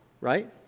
Right